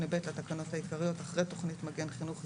3. בתקנה 8(ב) לתקנות העיקריות אחרי "תכנית "מגן חינוך""